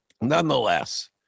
Nonetheless